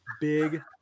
big